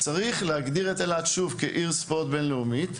צריך להגדיר את אילת כעיר ספורט בינלאומית,